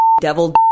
Devil